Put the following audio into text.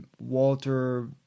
Walter